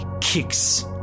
kicks